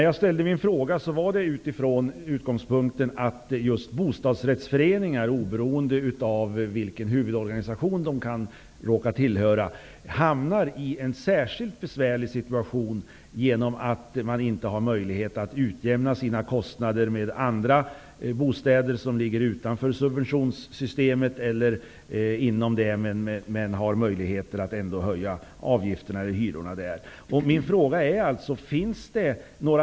Jag ställde min fråga utifrån den utgångspunkten att just bostadsrättsföreningar, oberoende av vilken huvudorganisation de kan råka tillhöra, hamnar i en särskilt besvärlig situation genom att de inte har någon möjlighet att fördela kostnaderna även på bostäder som ligger utanför subventionssystemet eller på bostäder som ligger innanför systemet men för vilka det ändå finns en möjlighet att höja avgifter eller hyror.